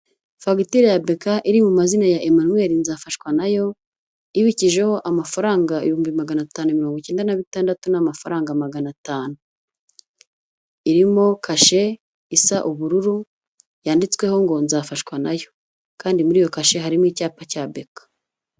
Fagitire ya BK iri mu mazina ya Emmanuel Nzafashwanayo ibikijeho amafaranga ibihumbi magana atanu na mirongo ikenda na bitandatu n'amafaranga magana atanu, irimo kashe isa ubururu yanditsweho ngo Nzafashwanayo kandi muri iyo kashi harimo icyapa cya BK.